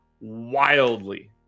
wildly